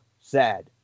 sad